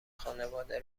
خانواده